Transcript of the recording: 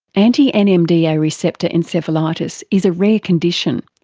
anti-nmda yeah receptor encephalitis is a rare condition,